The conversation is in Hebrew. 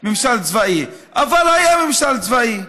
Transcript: ממשל צבאי, אבל היה ממשל צבאי,